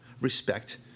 respect